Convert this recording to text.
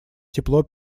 тепло